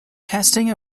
testing